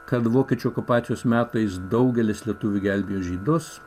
kad vokiečių okupacijos metais daugelis lietuvių gelbėjo žydus